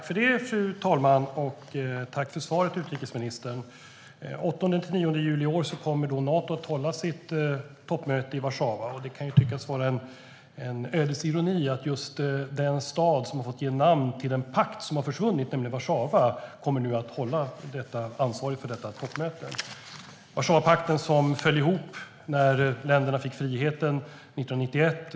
Fru talman! Tack för svaret, utrikesministern! Den 8-9 juli i år kommer alltså Nato att hålla sitt toppmöte i Warszawa. Det kan ju tyckas vara en ödets ironi att just den stad som fick ge namn åt en pakt som har försvunnit, nämligen Warszawapakten, kommer att ansvara för detta toppmöte. Warszawapakten föll ihop när länderna i den fick friheten åter 1991.